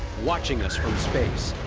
watching us from space.